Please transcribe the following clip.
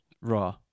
Raw